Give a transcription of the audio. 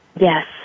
Yes